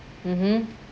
mmhmm